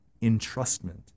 entrustment